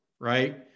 right